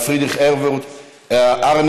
אין.